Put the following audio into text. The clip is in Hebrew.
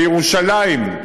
בירושלים,